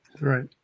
Right